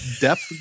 depth